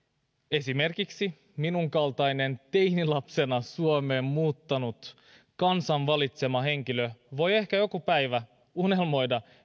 esimerkiksi minun kaltaiseni teinilapsena suomeen muuttanut kansan valitsema henkilö voi ehkä joku päivä unelmoida